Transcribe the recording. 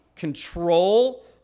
control